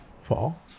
Fall